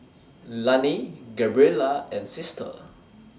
Loney Gabriella and Sister